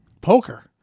Poker